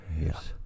Yes